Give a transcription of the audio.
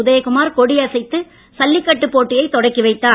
உதயகுமார் கொடியசைத்து ஜல்லிக்கட்டு போட்டியைத் தொடங்கி வைத்தார்